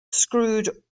screwed